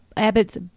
Abbott's